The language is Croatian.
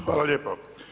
Hvala lijepo.